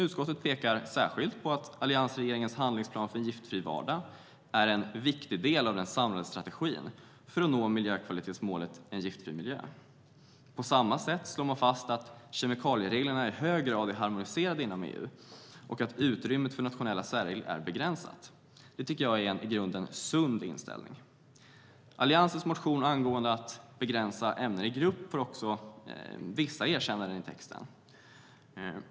Utskottet pekar särskilt på att alliansregeringens handlingsplan för en giftfri vardag är en viktig del av den samlade strategin för att nå miljökvalitetsmålet Giftfri miljö. Man slår också fast att kemikaliereglerna i hög grad är harmoniserade inom EU och att utrymmet för nationella särregler är begränsat. Det är en i grunden sund inställning. Alliansens motion om att begränsa ämnen i grupp får också ett visst erkännande i texten.